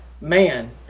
man